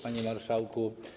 Panie Marszałku!